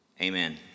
Amen